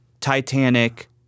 Titanic